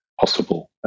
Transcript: possible